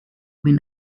been